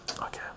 Okay